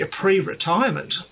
pre-retirement